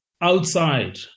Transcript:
outside